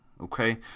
okay